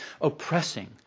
oppressing